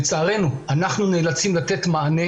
לצערנו אנחנו נאלצים לתת מענה,